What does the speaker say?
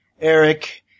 Eric